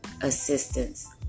assistance